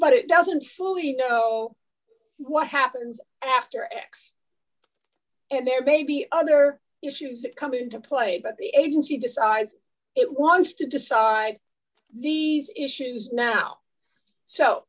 but it doesn't fully know what happens after x and their baby other issues come into play but the agency decides it wants to decide these issues now so